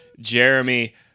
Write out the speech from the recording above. Jeremy